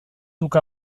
duk